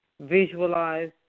visualize